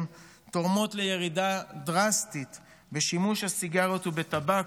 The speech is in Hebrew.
תורמות לירידה דרסטית בשימוש בסיגריות ובטבק,